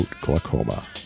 glaucoma